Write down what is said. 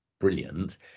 brilliant